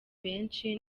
benshi